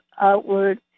outward